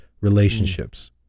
relationships